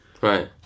Right